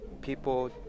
people